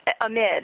Amid